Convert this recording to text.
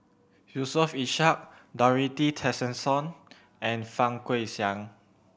Yusof Ishak Dorothy Tessensohn and Fang Guixiang